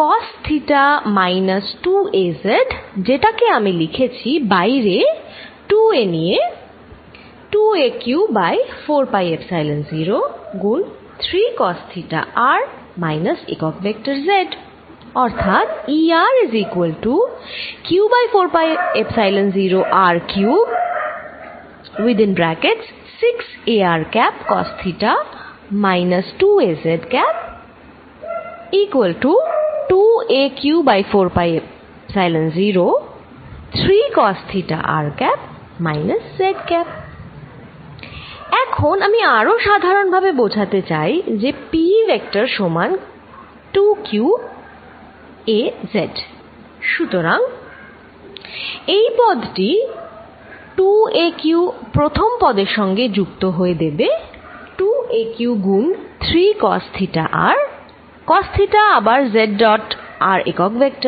cos theta minus 2 a z যেটা আমি লিখছি বাইরে 2 a নিয়ে 2 a q by 4 pi epsilon 0 গুন 3cos theta r মাইনাস একক ভেক্টর z এখন আমি আরো সাধারন ভাবে বোঝাতে চাই যে p ভেক্টর সমান 2a q z সুতরাং এই পদটি 2 aq প্রথম পদের সঙ্গে যুক্ত হয়ে দেবে 2aqগুন 3cos theta r cos theta আবার z ডট r একক ভেক্টর